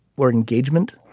where engagement.